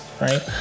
right